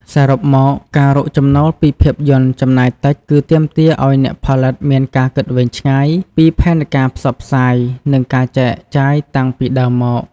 សរុបមក ការរកចំណូលពីភាពយន្តចំណាយតិច គឺទាមទារឲ្យអ្នកផលិតមានការគិតវែងឆ្ងាយពីផែនការផ្សព្វផ្សាយ និងការចែកចាយតាំងពីដើមមក។